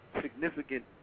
significant